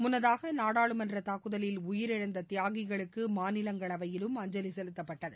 முன்னதாக நாடாளுமன்ற தாக்குதலில் உயிரிழந்த தியாகிகளுக்கு மாநிலங்களவையிலும் அஞ்சலி செலுத்தப்பட்டது